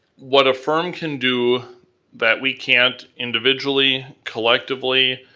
what a firm can do that we can't individually, collectively,